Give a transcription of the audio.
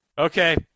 Okay